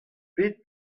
pet